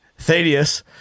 Thaddeus